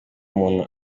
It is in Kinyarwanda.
umuntu